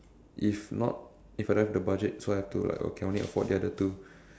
if not if I don't have the budget so I have to like I can only afford the other two